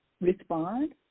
respond